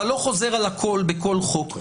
אתה לא חוזר על הכול בכל חוק.